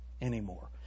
anymore